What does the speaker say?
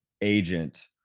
agent